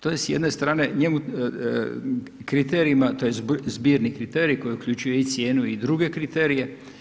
To je s jedne strane, njemu, kriterijima, tj. zborni kriterij, koji uključuje i cijenu i druge kriterije.